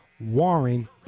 warren